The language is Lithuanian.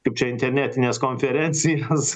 kaip čia internetines konferencijas